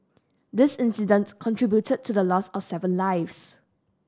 this incident contributed to the loss of seven lives